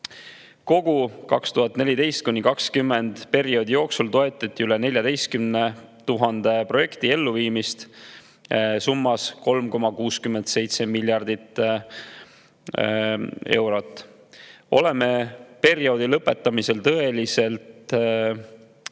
Kogu 2014.–2020. aasta perioodi jooksul toetati üle 14 000 projekti elluviimist summaga 3,67 miljardit eurot. Olime perioodi lõpetamisel tõelised